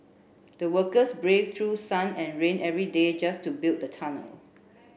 the workers brave through sun and rain every day just to build the tunnel